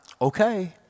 Okay